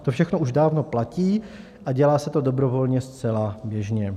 To všechno už dávno platí a dělá se to dobrovolně zcela běžně.